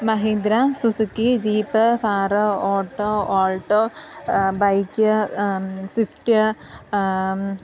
Mahendra Suzuki jeep car auto Alto bike Swift